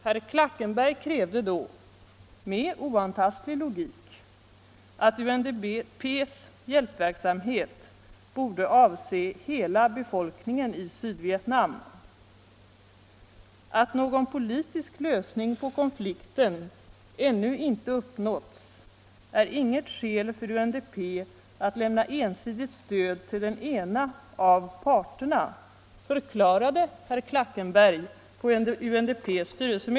Herr Klackenberg krävde då - med oantastlig logik — att UNDP:s hjälpverksamhet borde avse hela befolkningen i Sydvietnam. Att någon politisk lösning på konflikten ännu inte uppnåtts är inget skäl för UNDP att lämna ensidigt stöd till den ena av parterna, förklarade herr Klackenberg.